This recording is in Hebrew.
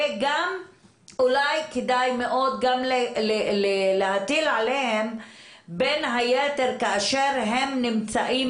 וגם אולי כדאי מאוד להטיל עליהם בין היתר כאשר הם נמצאים